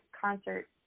concert